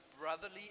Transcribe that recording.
brotherly